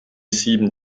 sieben